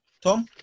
Tom